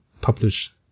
publish